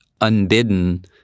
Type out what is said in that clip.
unbidden